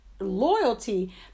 loyalty